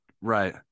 Right